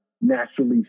naturally